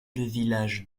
village